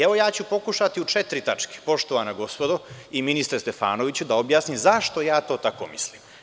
Evo ja ću pokušati u četiri tačke, poštovana gospodo i ministre Stefanoviću da objasnim zašto ja tako mislim.